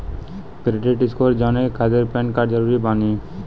Credit score जाने के खातिर पैन कार्ड जरूरी बानी?